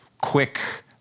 quick